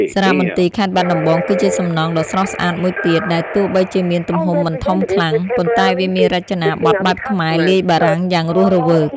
សារមន្ទីរខេត្តបាត់ដំបងគឺជាសំណង់ដ៏ស្រស់ស្អាតមួយទៀត ដែលទោះបីជាមានទំហំមិនធំខ្លាំង ប៉ុន្តែវាមានរចនាប័ទ្មបែបខ្មែរលាយបារាំងយ៉ាងរស់រវើក។